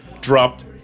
dropped